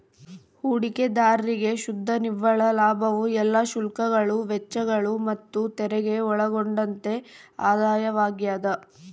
ಹೂಡಿಕೆದಾರ್ರಿಗೆ ಶುದ್ಧ ನಿವ್ವಳ ಲಾಭವು ಎಲ್ಲಾ ಶುಲ್ಕಗಳು ವೆಚ್ಚಗಳು ಮತ್ತುತೆರಿಗೆ ಒಳಗೊಂಡಂತೆ ಆದಾಯವಾಗ್ಯದ